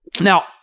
Now